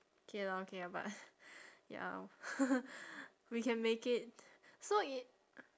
K lah okay ah but ya we can make it so i~